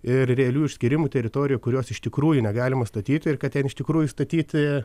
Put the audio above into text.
ir realių išskyrimu teritorijų kurios iš tikrųjų negalima statyti ir kad ten iš tikrųjų statyti